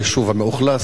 מחוץ ליישוב המאוכלס,